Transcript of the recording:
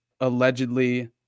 allegedly